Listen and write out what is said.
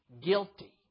guilty